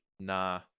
nah